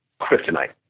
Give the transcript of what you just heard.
kryptonite